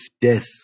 death